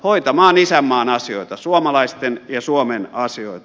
hoitamaan isänmaan asioita suomalaisten ja suomen asioita